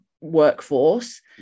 workforce